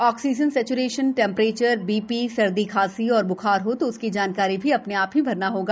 oxygen saturation temperature BP सर्दी खांसी और ब्खार हो तो उसकी जानकारी भी अ ने आ ही भरना होगा